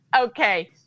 Okay